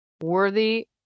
worthy